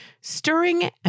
stirring